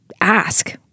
ask